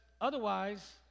otherwise